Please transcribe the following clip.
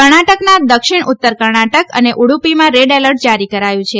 કર્ણાટકના દક્ષીણ ઉત્તર કર્ણાટક અને ઉડૃપીમાં રેડ એલર્ટ જારી કરાયુ છે